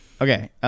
Okay